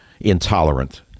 intolerant